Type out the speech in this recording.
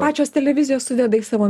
pačios televizijos sudeda į savo